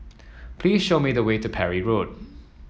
please show me the way to Parry Road